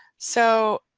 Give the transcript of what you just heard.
so